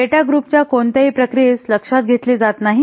data ग्रुपच्या कोणत्याही प्रक्रियेस लक्षात घेतले जात नाही